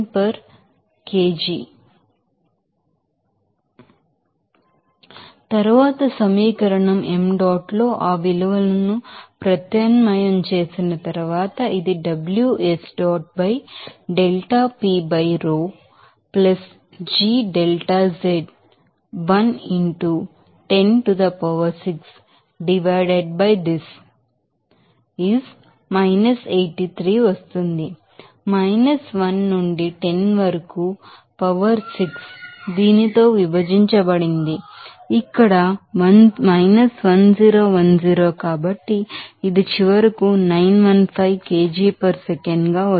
మరియు తరువాత సమీకరణం M డాట్ లో ఆ విలువలను ప్రత్యామ్నాయం చేసిన తరువాత ఇది Ws dot by delta P by rho plus g delta z 1 into 10 to the power 6 divided by this is 83 వస్తుంది 1 నుండి 10 వరకు పవర్ 6 దీనితో విభజించబడింది ఇక్కడ 1010 కాబట్టి ఇది చివరకు 915 kg per second గా వస్తుంది